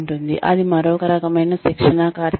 అది మరొక రకమైన శిక్షణా కార్యక్రమం